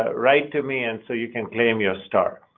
ah write to me and so you can claim your star.